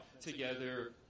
together